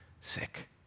sick